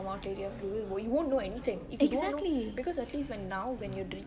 to come out you won't know anything you won't know because the thing is now